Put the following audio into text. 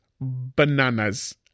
bananas